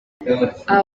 aba